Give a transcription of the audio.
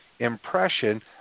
Impression